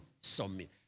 submit